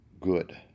good